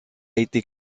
été